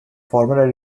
former